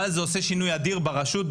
אבל זה עושה שינוי אדיר ברשות,